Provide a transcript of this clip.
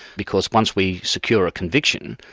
because once we secure a conviction,